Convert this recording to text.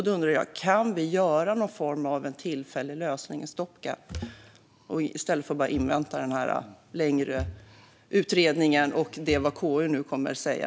Då undrar jag: Kan vi göra någon form av tillfällig lösning, stopgap, i stället för att bara invänta den längre utredningen och vad KU kommer att säga?